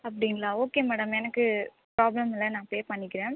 அப்படிங்களா okay madam எனக்குப் problem இல்லை நான் பே பண்ணிக்கிறேன்